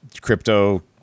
crypto